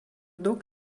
daug